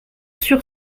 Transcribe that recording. sur